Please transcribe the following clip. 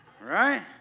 Right